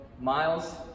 Miles